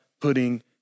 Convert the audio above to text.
putting